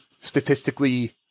Statistically